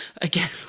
Again